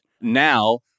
Now